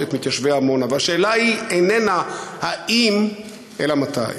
היושב-ראש, כנסת נכבדה, האמת היא